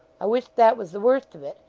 i wish that was the worst of it,